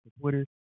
twitter